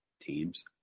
teams